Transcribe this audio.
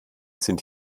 sind